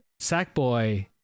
Sackboy